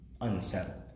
unsettled